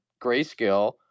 Grayscale